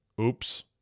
Oops